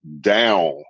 down